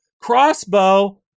Crossbow